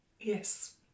Yes